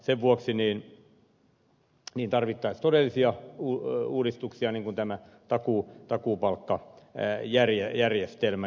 sen vuoksi tarvittaisiin todellisia uudistuksia niin kuin tämä takuupalkkajärjestelmä